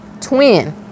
twin